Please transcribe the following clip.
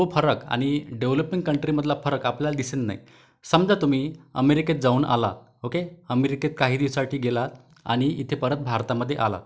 तो फरक आणि डेव्हलपिंग कंट्रीमधला फरक आपल्याला दिसन नाही समजा तुम्ही अमेरिकेत जाऊन आला ओके अमेरिकेत काही दिवसासाठी गेला आणि इथे परत भारतामध्ये आला